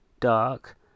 dark